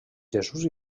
jesús